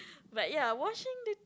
but ya washing the